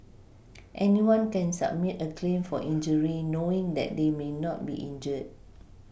anyone can submit a claim for injury knowing that they may not be injured